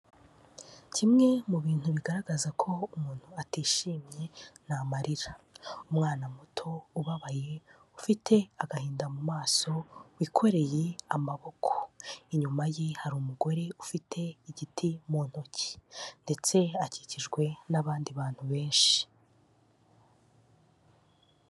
Kimwe mu bintu bigaragaza ko umuntu atishimye ni amarira. Umwana muto ubabaye ufite agahinda mu maso wikoreye amaboko, inyuma ye hari umugore ufite igiti mu ntoki ndetse akikijwe n'abandi bantu benshi.